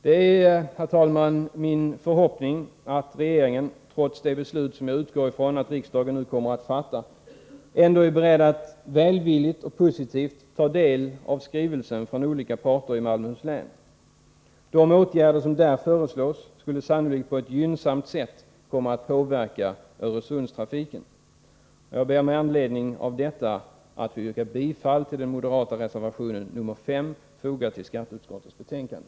Det är, herr talman, min förhoppning att regeringen, trots det beslut som jag utgår från att riksdagen nu kommer att fatta, ändå är beredd att välvilligt och positivt ta del av skrivelsen från olika parter i Malmöhus län. De åtgärder som där föreslås skulle sannolikt på ett gynnsamt sätt komma att påverka Öresundstrafiken. Jag ber med anledning av detta att få yrka bifall till den moderata reservationen nr 5, fogad till skatteutskottets betänkande.